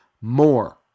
more